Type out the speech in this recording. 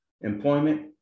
employment